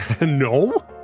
no